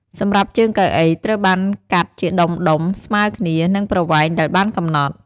សម្រាប់ជើងកៅអីត្រូវបានកាត់ជាដុំៗស្មើគ្នា នឹងប្រវែងដែលបានកំណត់។